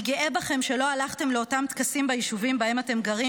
"אני גאה בכם שלא הלכתם לאותם טקסים ביישובים שבהם אתם גרים.